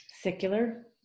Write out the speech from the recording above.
secular